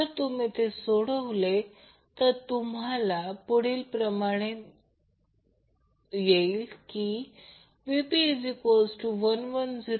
जर तुम्ही सोडवले तर तुम्हाला हे मिळेल हे प्रश्नांमध्ये दिलेले आहे की Vp110∠0°Ip6